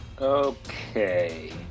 Okay